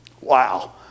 Wow